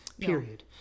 period